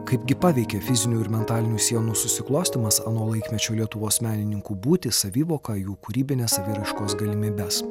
kaipgi paveikė fizinių ir mentalinių sienų susiklostymas ano laikmečio lietuvos menininkų būtį savivoką jų kūrybinės saviraiškos galimybes